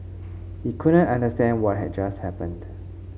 he couldn't understand what had just happened